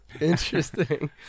Interesting